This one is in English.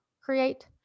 create